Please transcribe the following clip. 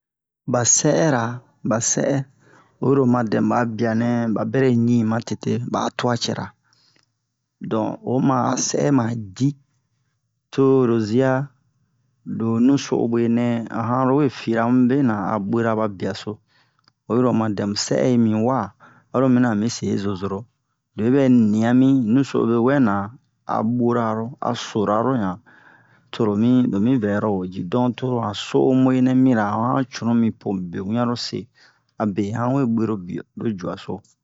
ba sɛ'ɛra ba sɛ'ɛ oyi ro oma dɛmu ba'a bianɛ ba bɛrɛ ɲi ma tete ba'a tu'a cɛra don oma a sɛ'e ma di toro zia lo ɲuso'obwe nɛ a han lowe fira mu bena a bwera ba biaso oyi ro oma dɛmu sɛ'ɛ yi mi ho wa aro mina a mi se zozoro lo yibɛ nia mi ɲuso'obwe wɛ na a bura lo a sora lo yan toro mi lo mi vɛ yoro wo ji don to han so'omui nɛ mira ho han cunu mi po mu be wian lo se abe han we bwero bia lo jua so